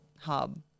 hub